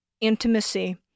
intimacy